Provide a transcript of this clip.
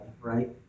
right